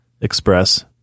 Express